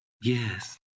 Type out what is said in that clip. Yes